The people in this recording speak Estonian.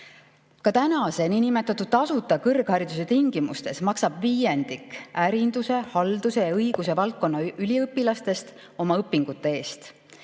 Ka praeguse niinimetatud tasuta kõrghariduse tingimustes maksab viiendik ärindus-, haldus- ja õigusvaldkonna üliõpilastest oma õpingute eest